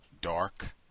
dark